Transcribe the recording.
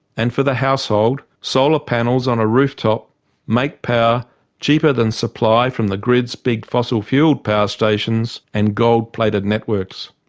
and for the household, solar panels on a rooftop make power cheaper than supply from the grid's big fossil fuelled power stations and gold plated networks.